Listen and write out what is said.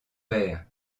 père